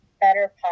better